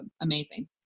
amazing